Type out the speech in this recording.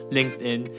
LinkedIn